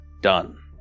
done